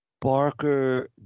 Barker